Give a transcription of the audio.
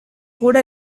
கூட